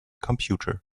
computer